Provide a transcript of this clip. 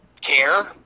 care